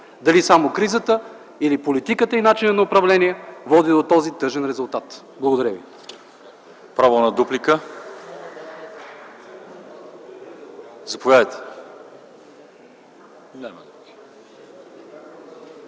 дали само кризата, или политиката и начинът на управление водят до този тъжен резултат. Благодаря.